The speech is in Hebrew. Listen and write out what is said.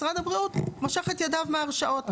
משרד הבריאות מושך את ידיו מהרשאות.